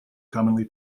commonly